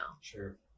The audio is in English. Sure